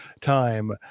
time